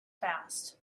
fast